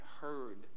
heard